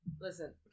Listen